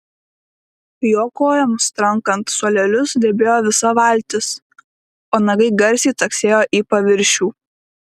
jo kojoms trankant suolelius drebėjo visa valtis o nagai garsiai caksėjo į paviršių